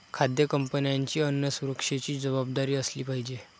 खाद्य कंपन्यांची अन्न सुरक्षेची जबाबदारी असली पाहिजे